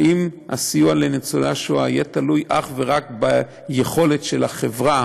שאם הסיוע לניצולי השואה יהיה תלוי אך ורק ביכולת של החברה